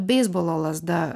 beisbolo lazda